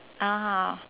(uh huh)